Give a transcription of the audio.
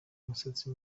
umusatsi